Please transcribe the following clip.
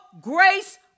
grace